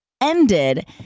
ended